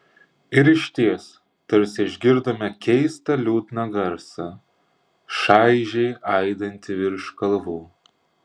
ir išties tarsi išgirdome keistą liūdną garsą šaižiai aidintį virš kalvų